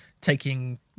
taking